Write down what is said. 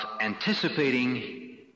anticipating